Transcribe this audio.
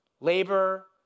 Labor